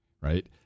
right